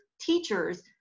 teachers